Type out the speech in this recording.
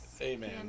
Amen